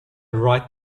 write